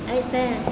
अहिसँ